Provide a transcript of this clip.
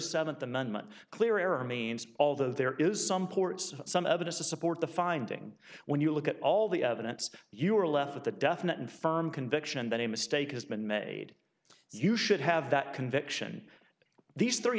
amendment clear error means although there is some ports some evidence to support the finding when you look at all the evidence you are left with a definite and firm conviction that a mistake has been made you should have that conviction these three